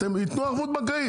ייתנו ערבות בנקאית.